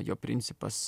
jo principas